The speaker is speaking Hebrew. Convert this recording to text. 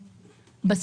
טלפונית,